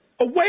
away